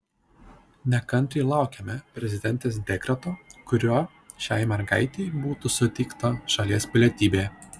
nekantriai laukiame prezidentės dekreto kuriuo šiai mergaitei būtų suteikta šalies pilietybė